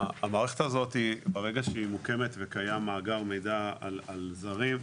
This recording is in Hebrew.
המערכת הזאת ברגע שהיא מוקמת וקיים מאגר מידע על זרים,